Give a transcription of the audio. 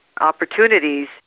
opportunities